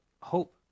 hope